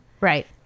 right